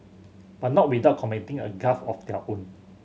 but not without committing a gaffe of their own